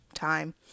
time